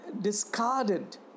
discarded